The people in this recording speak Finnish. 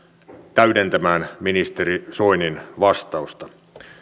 täydentämään ministeri soinin vastausta